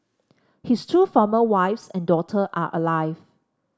his two former wives and daughter are alive